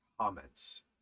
comments